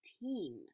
team